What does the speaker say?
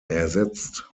ersetzt